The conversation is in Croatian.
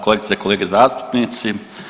Kolegice i kolege zastupnici.